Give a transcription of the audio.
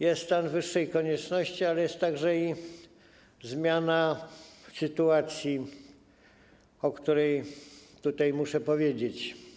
Jest stan wyższej konieczności, ale jest także zmiana sytuacji, o której tutaj muszę powiedzieć.